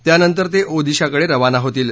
त्यानंतर ते ओदिशाकडे रवाना होतील